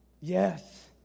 Yes